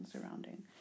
surrounding